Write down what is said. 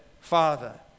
father